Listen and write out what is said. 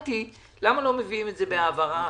שאלתי, למה לא מביאים את זה בהעברה אחת?